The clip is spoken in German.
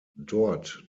dort